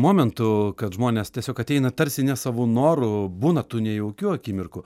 momentų kad žmonės tiesiog ateina tarsi nesavu noru būna tų nejaukių akimirkų